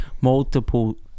multiple